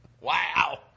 Wow